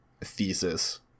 thesis